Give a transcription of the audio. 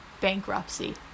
bankruptcy